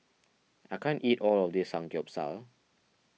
I can't eat all of this Samgyeopsal